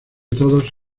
todos